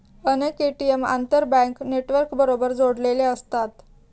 अनेक ए.टी.एम आंतरबँक नेटवर्कबरोबर जोडलेले असतात